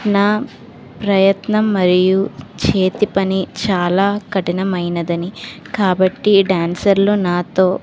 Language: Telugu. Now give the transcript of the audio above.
నా ప్రయత్నం మరియు చేతి పని చాలా కఠినమైనదని కాబట్టి డాన్సర్లు నాతో